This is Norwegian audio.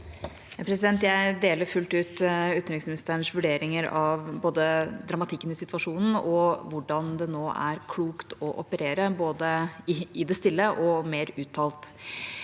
Jeg deler fullt ut utenriksministerens vurderinger av dramatikken i situasjonen og hvordan det nå er klokt å operere, både i det stille og mer uttalt.